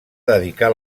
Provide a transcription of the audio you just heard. dedicar